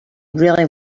really